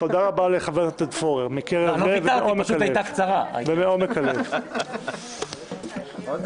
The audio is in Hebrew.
תודה רבה מקרב לב ומעומק לב לחבר הכנסת עודד פורר.